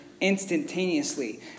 instantaneously